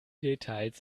details